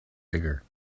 bigger